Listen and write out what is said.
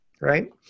right